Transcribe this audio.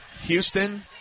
Houston